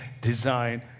design